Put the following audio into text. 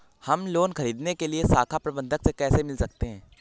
हम लोन ख़रीदने के लिए शाखा प्रबंधक से कैसे मिल सकते हैं?